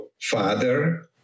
father